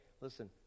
Listen